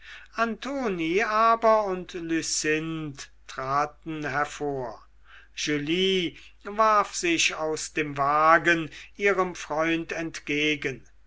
antoni aber und lucinde traten hervor julie warf sich aus dem wagen ihrem freund entgegen